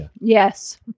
yes